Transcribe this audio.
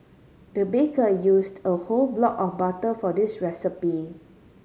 the baker used a whole block of butter for this recipe